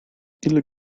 ile